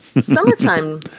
Summertime